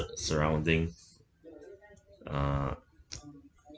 surrounding uh